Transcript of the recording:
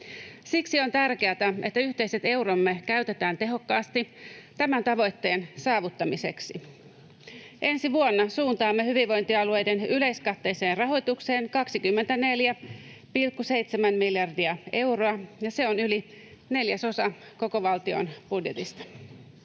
Siksi on tärkeätä, että yhteiset euromme käytetään tehokkaasti tämän tavoitteen saavuttamiseksi. Ensi vuonna suuntaamme hyvinvointialueiden yleiskatteiseen rahoitukseen 24,7 miljardia euroa, ja se on yli neljäsosa koko valtion budjetista.